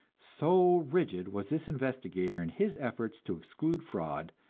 so rigid was this investigator in his efforts to exclude fraud,